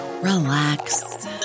Relax